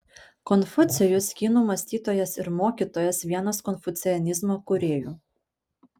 konfucijus kinų mąstytojas ir mokytojas vienas konfucianizmo kūrėjų